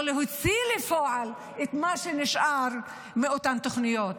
לא להוציא לפועל את מה שנשאר מאותן תוכניות.